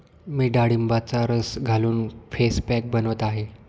मी डाळिंबाचा रस घालून फेस पॅक बनवत आहे